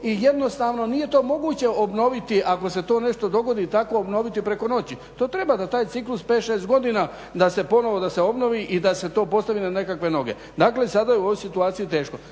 i jednostavno nije to moguće obnoviti ako se to nešto dogodi, tako obnoviti preko noći. To treba da taj ciklus 5, 6 godina da se ponovo obnovi i da se to postavi na nekakve noge. Dakle, sada je u ovoj situaciji teško.